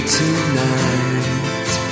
tonight